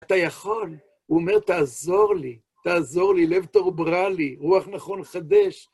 אתה יכול, הוא אומר, תעזור לי, תעזור לי, לב תרברה לי, רוח נכון חדש.